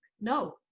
no